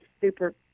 super